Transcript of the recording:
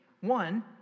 One